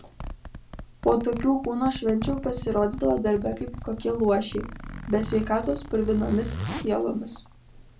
po tokių kūno švenčių pasirodydavo darbe kaip kokie luošiai be sveikatos purvinomis sielomis